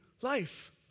life